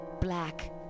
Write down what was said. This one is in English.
black